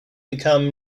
become